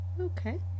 Okay